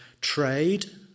trade